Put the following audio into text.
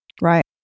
Right